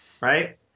right